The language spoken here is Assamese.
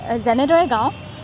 যেনেদৰে গাওঁ